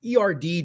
erd